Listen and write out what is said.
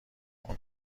اون